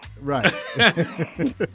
Right